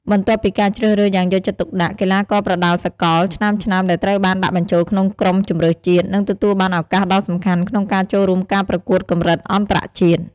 បន្ទាប់ពីការជ្រើសរើសយ៉ាងយកចិត្តទុកដាក់ កីឡាករប្រដាល់សកលឆ្នើមៗដែលត្រូវបានដាក់បញ្ចូលក្នុងក្រុមជម្រើសជាតិ នឹងទទួលបានឱកាសដ៏សំខាន់ក្នុងការចូលរួមការប្រកួតកម្រិតអន្តរជាតិ។